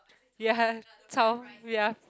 ya twelve ya